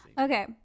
okay